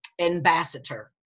ambassador